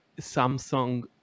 Samsung